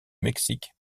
mexique